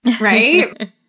Right